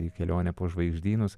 į kelionę po žvaigždynus